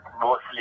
mostly